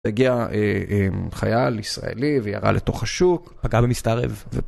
הגיע חייל ישראלי וירה לתוך השוק, פגע במסתערב ו...